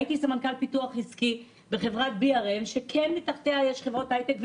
הייתי סמנכ"ל פיתוח עסקי בחברת BRM שיש מתחתיה חברות הייטק,